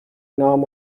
نام